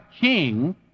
king